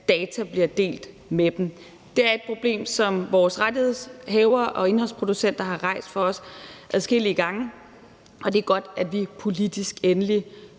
at data bliver delt med dem. Det er et problem, som vores rettighedsindehavere og indholdsproducenter har rejst over for os adskillige gange, og det er godt, at vi politisk endelig